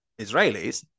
Israelis